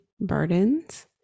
Burdens